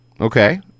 Okay